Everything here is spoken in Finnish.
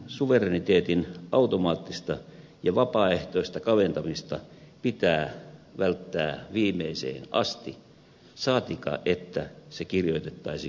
suvereniteetin automaattista ja vapaaehtoista kaventamista pitää välttää viimeiseen asti saatikka että se kirjoitettaisiin perustuslakiin